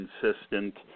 consistent